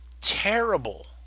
terrible